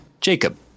Jacob